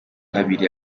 abiri